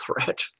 threat